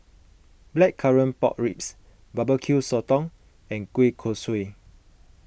Blackcurrant Pork Ribs Barbecue Sotong and Kueh Kosui